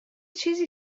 چیزی